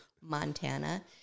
Montana